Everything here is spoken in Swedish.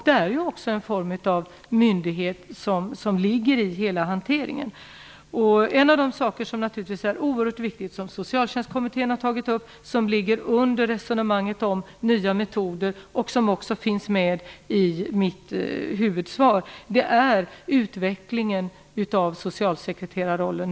Det är ju också en form av myndighetsutövning som ligger i själva hanteringen. En av de saker som naturligtvis är oerhört viktiga, som Socialtjänstkommittén tagit upp, som ligger under resonemanget om nya metoder och som också finns med i mitt huvudsvar är utvecklingen av socialsekreterarrollen.